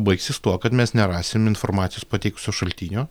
baigsis tuo kad mes nerasim informacijos pateikusio šaltinio